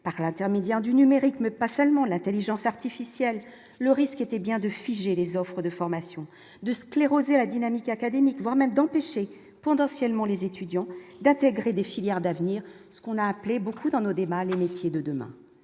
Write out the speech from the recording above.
par l'intermédiaire du numérique, mais pas seulement l'Intelligence artificielle, le risque était bien de figer les offres de formation de scléroser la dynamique académique, voire même d'empêcher tendanciellement, les étudiants d'intégrer des filières d'avenir, ce qu'on a appelé beaucoup dans nos débats, les métiers de demain,